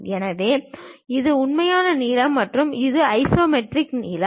எனவே இது உண்மையான நீளம் மற்றும் இது ஐசோமெட்ரிக் நீளம்